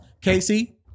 Casey